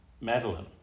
madeline